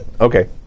Okay